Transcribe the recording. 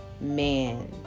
man